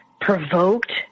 provoked